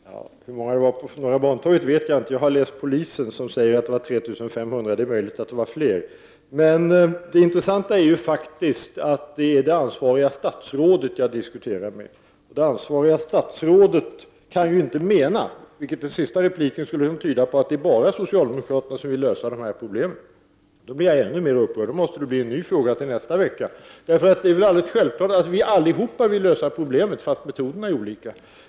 Herr talman! Hur många personer det var på Norra Bantorget vet jag inte. Jag har läst polisens rapporter, som säger att det rörde sig om 3 500. Det är möjligt att det var fler. Det intressanta är ändock att det faktiskt är det ansvariga statsrådet som jag diskuterar med. Det ansvariga statsrådet kan inte mena, vilket den sista repliken skulle kunna tyda på, att det bara är socialdemokraterna som vill lösa dessa problem. I så fall blir jag ännu mer upprörd. Då måste det bli en ny fråga till nästa vecka. Det är väl helt självklart att vi alla vill lösa problemen, även om metoderna är olika.